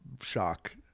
shock